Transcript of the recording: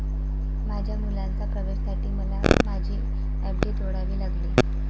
माझ्या मुलाच्या प्रवेशासाठी मला माझी एफ.डी तोडावी लागली